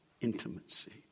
intimacy